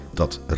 Dat